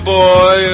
boy